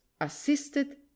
assisted